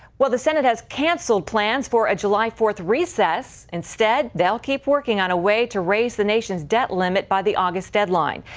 well, the senate has canceled plans for a july fourth recess. instead they will keep working on a way to raise the nation's debt limit by the august deadline.